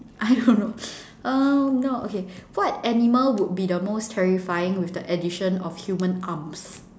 I don't know um no okay what animal would be the most terrifying with the addition of human arms